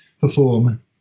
perform